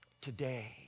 today